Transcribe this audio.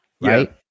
right